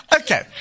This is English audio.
Okay